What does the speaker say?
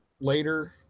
later